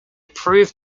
proved